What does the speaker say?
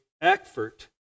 effort